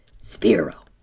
Spiro